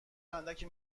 اندکی